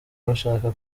bashaka